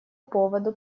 поводу